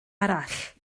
arall